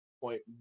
point